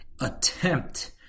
attempt